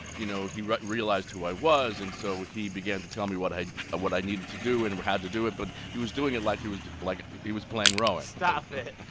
you know, he realized who i was, and so he began to tell me what i what i needed to do and how to do it. but he was doing it like he was like he was playing rowan stop it.